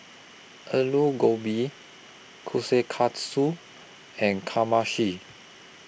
Alu Gobi Kushikatsu and Kamameshi